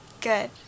Good